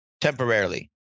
temporarily